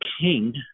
king